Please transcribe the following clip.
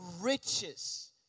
riches